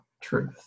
truth